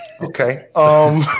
Okay